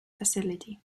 facility